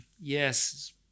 yes